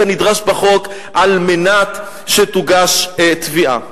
כנדרש בחוק על מנת שתוגש תביעה.